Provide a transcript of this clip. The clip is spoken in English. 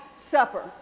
Supper